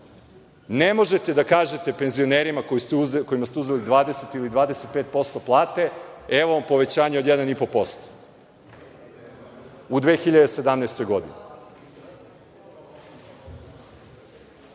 Ne možete da kažete penzionerima kojima ste uzeli 20% ili 25% plate evo vam povećanje od 1,5% u 2017.